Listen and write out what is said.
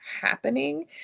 happening